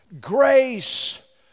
grace